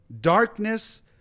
Darkness